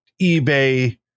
ebay